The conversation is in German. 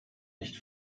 nicht